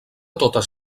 totes